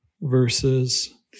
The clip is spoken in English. verses